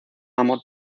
amor